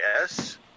Yes